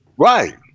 right